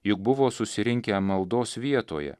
juk buvo susirinkę maldos vietoje